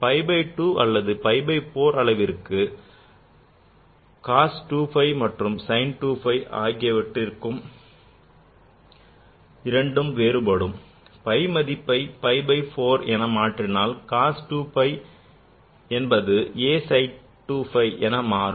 pi by 2 or pi by 4 அளவிற்கு Cos 2 phi மற்றும் sin 2 phi ஆகிய இரண்டும் வேறுபடும் phi மதிப்பை pi by 4 என மாற்றினால் cos 2 phi என்பது a sin 2 pi என மாறும்